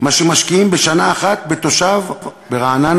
מה שמשקיעים בשנה אחת בתושב ברעננה,